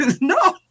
No